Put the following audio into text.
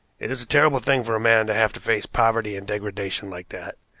it is a terrible thing for a man to have to face poverty and degradation like that.